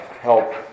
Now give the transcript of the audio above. help